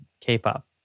K-pop